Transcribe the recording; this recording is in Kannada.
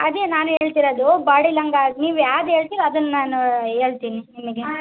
ಅದೇ ನಾನು ಹೇಳ್ತಿರೋದು ಬಾಡಿ ಲಂಗ ಆಗ ನೀವು ಯಾವ್ದು ಹೇಳ್ತಿರ್ ಅದನ್ನು ನಾನು ಹೇಳ್ತಿನಿ ನಿಮಗೆ